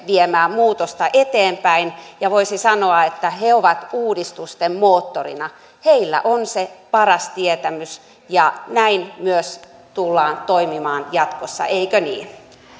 viemään muutosta eteenpäin ja voisi sanoa että he ovat uudistusten moottorina heillä on se paras tietämys ja näin myös tullaan toimimaan jatkossa eikö niin